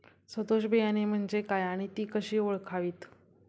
सदोष बियाणे म्हणजे काय आणि ती कशी ओळखावीत?